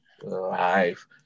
life